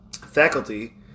faculty